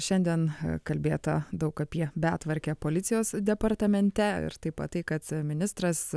šiandien kalbėta daug apie betvarkę policijos departamente ir taip pat tai kad ministras